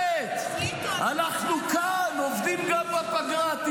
העיקר היה שלט: אנחנו כאן עובדים גם בפגרה.